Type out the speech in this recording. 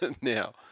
Now